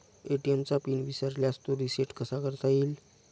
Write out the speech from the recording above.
ATM चा pin विसरल्यास तो रिसेट कसा करता येईल?